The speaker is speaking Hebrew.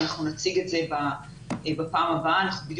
אנחנו נציג את זה בפעם הבאה.